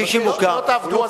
לא,